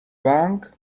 bank